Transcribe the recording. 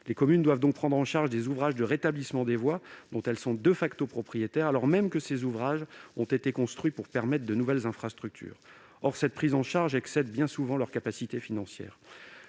Les communes doivent donc prendre en charge des ouvrages de rétablissement des voies dont elles sont propriétaires, alors même que ces ouvrages ont été construits pour permettre de nouvelles infrastructures. Or cette prise en charge excède bien souvent leurs capacités financières.